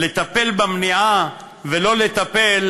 לטפל במניעה, ולא לטפל